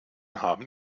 haben